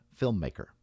filmmaker